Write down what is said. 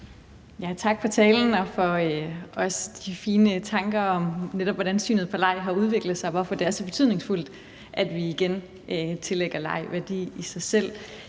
Tak for talen og også for de fine tanker om, hvordan netop synet på at lege har udviklet sig, og hvorfor det er så betydningsfuldt, at vi igen tillægger leg værdi i sig selv.